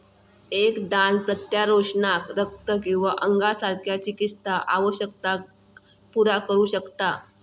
एक दान प्रत्यारोपणाक रक्त किंवा अंगासारख्या चिकित्सा आवश्यकतांका पुरा करू शकता